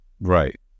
right